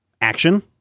action